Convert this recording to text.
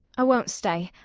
i won't stay.